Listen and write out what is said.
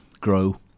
grow